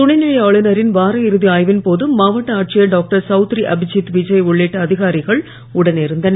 துணைநிலை ஆளுநரின் வார இறுதி ஆய்வின் போது மாவட்ட ஆட்சியர் டாக்டர் சவுத்ரி அபிஜித் விஜய் உள்ளிட்ட அதிகாரிகள் உடன் இருந்தனர்